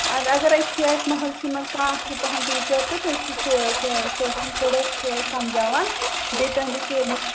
اَدٕ اگر أتۍتھٕے آسہِ مَحَلسٕے منٛز کانٛہہ اَصٕل پَہم ٹیٖچَر تہٕ تیٚلہِ سُہ سۅ سۅ ٲسِن تھوڑا سُہ سَمجاوان بیٚیہِ تُہٕنٛدِس سُہ ییٚمِس